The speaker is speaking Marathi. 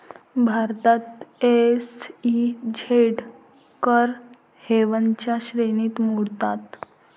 भारतात एस.ई.झेड कर हेवनच्या श्रेणीत मोडतात